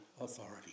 authority